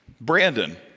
Brandon